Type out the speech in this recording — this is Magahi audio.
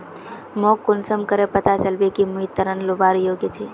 मोक कुंसम करे पता चलबे कि मुई ऋण लुबार योग्य छी?